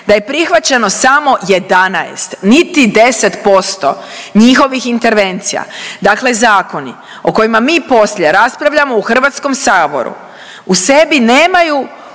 da je prihvaćeno samo 11 niti 10% njihovih intervencija. Dakle, zakoni o kojima mi poslije raspravljamo u HS-u u sebi nemaju